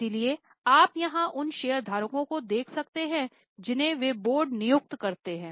इसलिए आप यहां उन शेयरधारकों को देख सकते हैं जिन्हें वे बोर्ड नियुक्त करते हैं